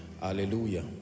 Hallelujah